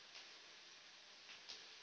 बैंकवा से लोनवा लेलहो हे?